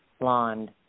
blonde